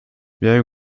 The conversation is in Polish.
miałem